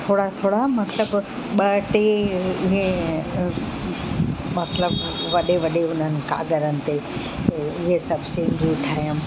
थोरा थोरा मतिलबु ॿ टे इहे मतिलबु वॾे वॾे उन्हनि काॻरनि ते इअं सभु सिनरियूं ठाहियमि